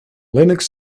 linux